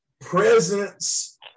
presence